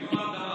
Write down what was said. זה כמו הרדמה.